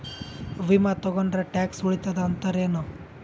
ವಿಮಾ ತೊಗೊಂಡ್ರ ಟ್ಯಾಕ್ಸ ಉಳಿತದ ಅಂತಿರೇನು?